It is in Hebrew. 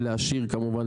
ולהשאיר כמובן,